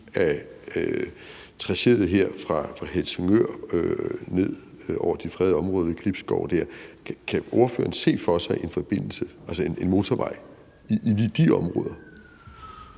af tracéet her fra Helsingør ned over de fredede områder ved Gribskov, kan ordføreren så se for sig en motorvej i lige de områder?